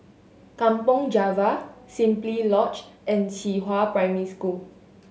Kampong Java Simply Lodge and Qihua Primary School